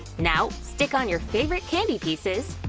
now stick on your favorite candy pieces!